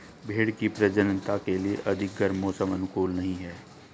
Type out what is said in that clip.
भेंड़ की प्रजननता के लिए अधिक गर्म मौसम अनुकूल नहीं है